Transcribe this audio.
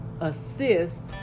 Assist